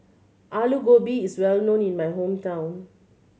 Alu Gobi is well known in my hometown